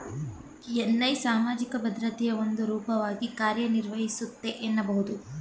NI ಸಾಮಾಜಿಕ ಭದ್ರತೆಯ ಒಂದು ರೂಪವಾಗಿ ಕಾರ್ಯನಿರ್ವಹಿಸುತ್ತೆ ಎನ್ನಬಹುದು